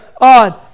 on